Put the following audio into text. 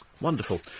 wonderful